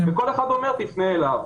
וכל אחד אומר תפנה אליו.